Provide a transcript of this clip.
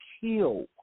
kill